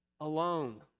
alone